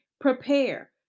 prepare